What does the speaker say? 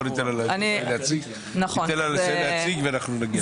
ניתן לה לסיים להציג ועוד נגיע.